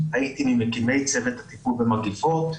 הייתי ממקימי צוות הטיפול במגפות,